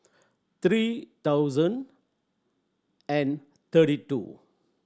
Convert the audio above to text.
three thousand and thirty two